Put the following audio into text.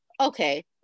okay